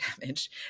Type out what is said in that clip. damage